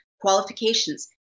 Qualifications